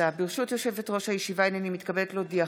ברשות יושבת-ראש הישיבה, הינני מתכבדת להודיעכם,